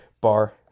bar